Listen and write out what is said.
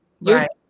Right